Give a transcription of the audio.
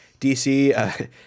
DC